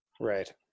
Right